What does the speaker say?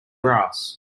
grass